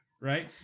right